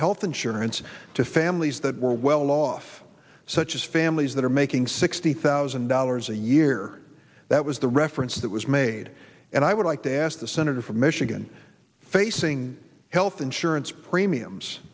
health insurance to families that were well off such as families that are making sixty thousand dollars a year that was the reference that was made and i would like to ask the senator from michigan facing health insurance premiums